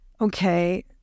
Okay